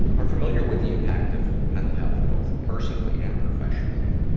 are familiar with the impact of mental health, both personally and professionally.